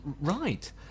Right